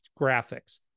graphics